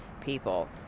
people